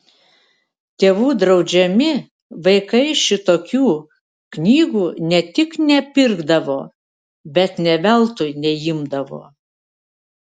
tėvų draudžiami vaikai šitokių knygų ne tik nepirkdavo bet nė veltui neimdavo